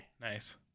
Nice